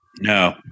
No